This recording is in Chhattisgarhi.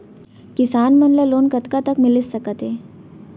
किसान मन ला लोन कतका तक मिलिस सकथे?